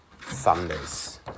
thunders